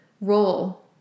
role